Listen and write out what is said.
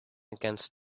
against